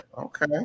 Okay